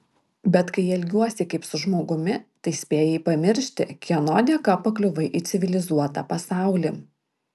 bet kai elgiuosi kaip su žmogumi tai spėjai pamiršti kieno dėka pakliuvai į civilizuotą pasaulį